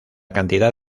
cantidad